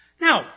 Now